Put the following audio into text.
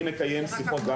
אני מקיים שיחות,